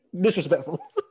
disrespectful